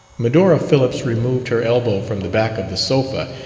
medora phillips removed her elbow from the back of the sofa,